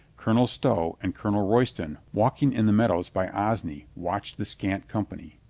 colonel stow and colonel royston, walking in the meadows by osney, watched the scant company.